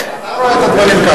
אתה רואה את הדברים ככה.